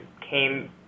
came